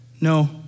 No